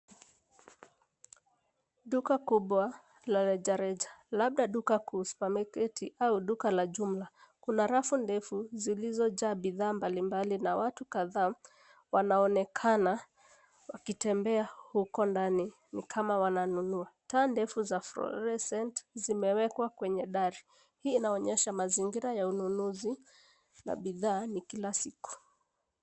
Duka kubwa la rejareja labda duka kuu supermarket au duka la jumla. Kuna rafu ndefu zilizojaa bidhaa mbalimbali na watu kadhaa wanaonekana wakitembea huko ndani ni kama wananunua. Taa ndefu za flouroscent zimewekwa kwenye dari. Hii inaonyesha mazingira ya ununuzi wa bidhaa ni kila siku.